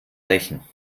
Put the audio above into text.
rächen